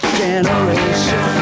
generation